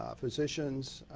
ah physicians,